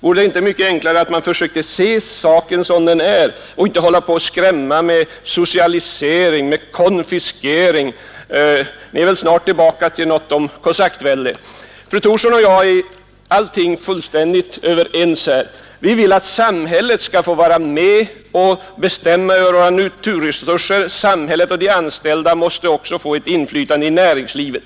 Vore det inte mycket enklare att försöka se saken som den är och inte skrämma folk med ord som socialisering och konfiskering. Då är ni väl snart tillbaka till att tala om kosackvälde. Fru Thorsson och jag är fullständigt överens. Vi vill att samhället skall få vara med och bestämma över våra naturresurser. De anställda måste också få ett inflytande i näringslivet.